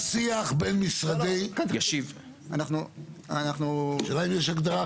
שיח בין משרדי השאלה היא אם יש הגדרה אחרת לזה.